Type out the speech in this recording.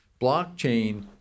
Blockchain